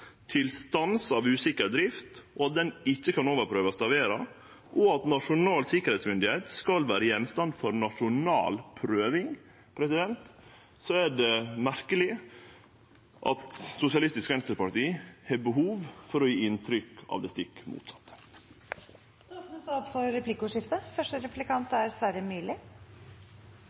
av usikker drift, at det ikkje kan overprøvast av ERA, og at Nasjonal sikkerheitsmyndigheit skal vere gjenstand for nasjonal prøving, er det merkeleg at Sosialistisk Venstreparti har behov for å gje inntrykk av det stikk motsette. Det blir replikkordskifte. Når jeg hører samferdselsministeren, er han åpenbart helt ukritisk til jernbanepakke IV. Det er